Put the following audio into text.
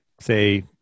say